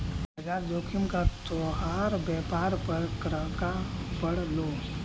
बाजार जोखिम का तोहार व्यापार पर क्रका पड़लो